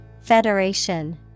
Federation